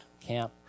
camp